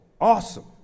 awesome